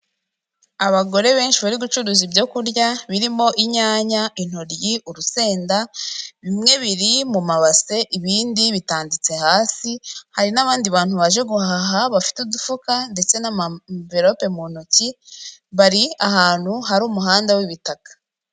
Abagore benshi bari gucuruza ibyo kurya birimo inyanya, intoryi, urusenda, bimwe biri mu mabase ibindi bitanditse hasi, hari n'abandi bantu baje guhaha bafite udufuka ndetse n'amamverope mu ntoki, bari ahantu hari umuhanda w'ibitaka.